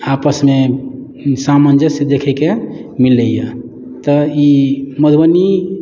आपसमे सामञ्जस्य देखयके मिलैए तऽ ई मधुबनी